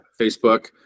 Facebook